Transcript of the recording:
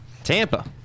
Tampa